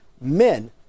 men